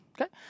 Okay